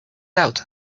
out